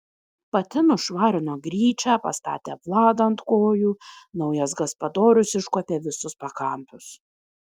pati nušvarino gryčią pastatė vladą ant kojų naujas gaspadorius iškuopė visus pakampius